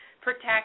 protect